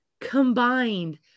combined